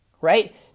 right